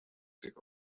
tych